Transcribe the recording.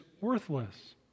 worthless